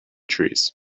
trees